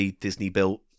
Disney-built